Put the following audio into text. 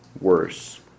worse